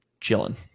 chilling